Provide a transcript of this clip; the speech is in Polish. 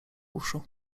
uszu